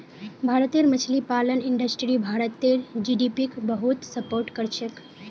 भारतेर मछली पालन इंडस्ट्री भारतेर जीडीपीक बहुत सपोर्ट करछेक